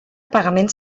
pagaments